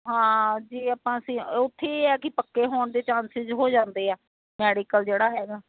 ਹਾਂ ਜੇ ਆਪਾਂ ਅਸੀਂ ਉੱਥੇ ਇਹ ਆ ਕਿ ਪੱਕੇ ਹੋਣ ਦੇ ਚਾਂਸਿਸ ਹੋ ਜਾਂਦੇ ਆ ਮੈਡੀਕਲ ਜਿਹੜਾ ਹੈਗਾ